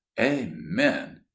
amen